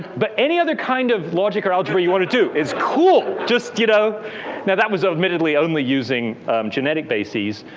but any other kind of logic or algebra you want to do is cool. just you know now that was admittedly only using genetic bases.